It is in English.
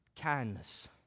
kindness